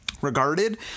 regarded